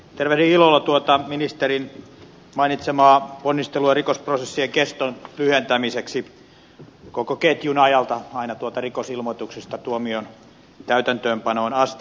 tervehdin ilolla tuota ministerin mainitsemaa ponnistelua rikosprosessien keston lyhentämiseksi koko ketjun ajalta aina tuolta rikosilmoituksesta tuomion täytäntöönpanoon asti